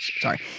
Sorry